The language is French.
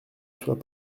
soit